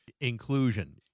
inclusion